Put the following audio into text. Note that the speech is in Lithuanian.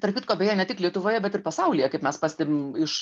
tarp kitko beje ne tik lietuvoje bet ir pasaulyje kaip mes pastebim iš